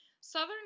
Southern